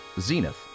Zenith